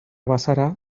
bazara